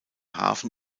hafen